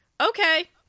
Okay